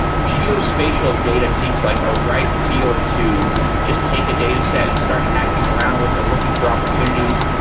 geospatial data seems like a ripe field to just take a data set and start hacking around with and looking for opportunities,